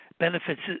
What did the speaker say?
benefits